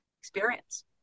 experience